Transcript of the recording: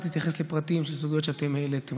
אתייחס לפרטים של הסוגיות שאתם העליתם.